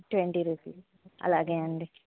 twenty rupees అలాగే అండి